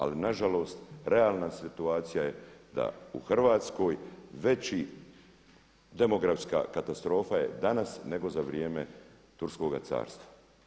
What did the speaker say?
Ali na žalost realna situacija je da u Hrvatskoj veći demografska katastrofa je danas nego za vrijeme turskoga carstva.